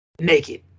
naked